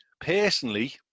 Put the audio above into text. personally